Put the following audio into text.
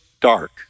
dark